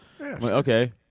okay